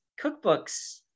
cookbooks